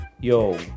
yo